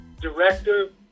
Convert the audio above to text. director